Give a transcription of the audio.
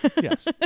Yes